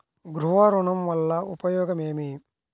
గృహ ఋణం వల్ల ఉపయోగం ఏమి?